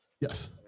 Yes